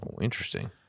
Interesting